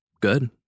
good